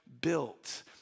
built